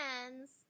friends